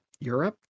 Europe